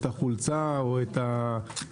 או את החולצה או את הנעליים,